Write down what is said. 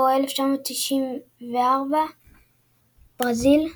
או "1994 – Brasil".